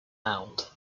hound